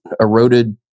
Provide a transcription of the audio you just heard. eroded